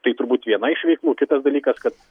tai turbūt viena iš veiklų kitas dalykas kad